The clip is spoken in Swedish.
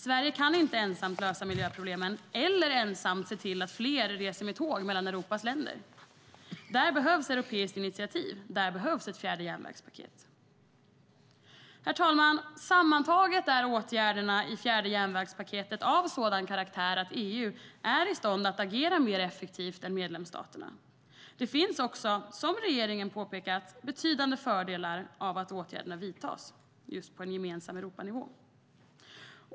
Sverige kan inte ensamt lösa miljöproblemen eller se till att fler reser med tåg mellan Europas länder. Där behövs ett europeiskt initiativ - där behövs ett fjärde järnvägspaket. Herr talman! Sammantaget är åtgärderna i fjärde järnvägspaketet av sådan karaktär att EU är i stånd att agera mer effektivt än medlemsstaterna. Det finns också, som regeringen påpekat, betydande fördelar av att åtgärderna vidtas just på Europanivå.